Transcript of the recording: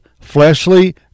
fleshly